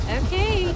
okay